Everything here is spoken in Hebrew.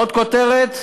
עוד כותרת.